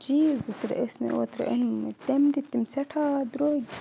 چیٖز زٕ ترٛےٚ ٲسۍ مےٚ اوترٕ أنۍ مٕتۍ تَمہِ دِتی تِم سؠٹھاہ درٛوگ